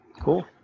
Cool